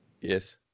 Yes